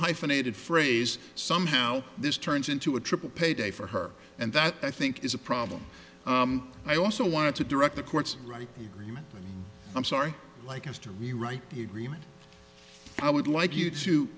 hyphenated phrase somehow this turns into a triple pay day for her and that i think is a problem i also want to direct the courts right i'm sorry like us to rewrite the agreement i would like you to